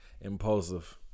impulsive